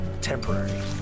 temporary